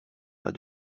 pas